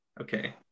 Okay